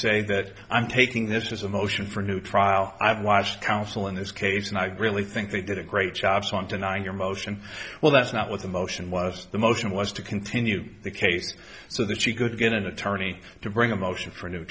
say that i'm taking this as a motion for a new trial i've watched counsel in this case and i really think they did a great job on tonight and your motion well that's not what the motion was the motion was to continue the case so that she could get an attorney to bring a motion for a new